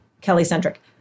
Kelly-centric